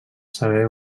saber